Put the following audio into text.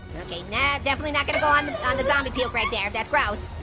okay, now definitely not gonna go on on the zombie puke right there. that's gross.